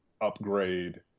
upgrade